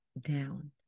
down